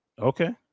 Okay